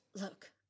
Look